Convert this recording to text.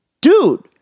dude